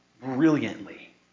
brilliantly